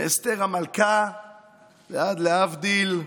מאסתר המלכה ועד, להבדיל,